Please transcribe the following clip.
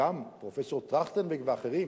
וגם כשפרופסור טרכטנברג ואחרים